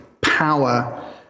power